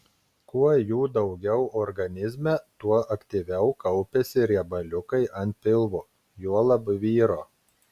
kuo jų daugiau organizme tuo aktyviau kaupiasi riebaliukai ant pilvo juolab vyro